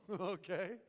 Okay